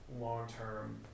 long-term